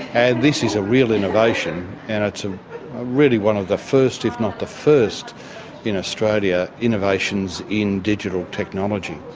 and this is a real innovation and it's really one of the first, if not the first in australia, innovations in digital technology.